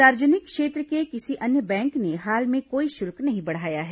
सार्वजनिक क्षेत्र के किसी अन्य बैंक ने हाल में कोई शुल्क नहीं बढ़ाया है